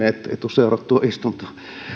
ettei tule seurattua istuntoa